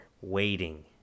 waiting